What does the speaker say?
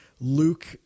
Luke